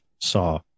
saw